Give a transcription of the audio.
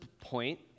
point